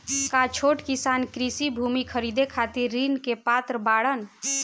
का छोट किसान कृषि भूमि खरीदे खातिर ऋण के पात्र बाडन?